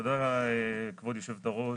תודה לכבוד יושבת הראש,